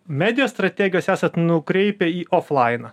medija strategijos esat nukreipę į oflainą